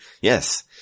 Yes